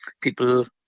People